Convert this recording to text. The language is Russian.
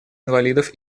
инвалидов